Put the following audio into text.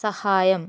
സഹായം